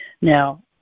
Now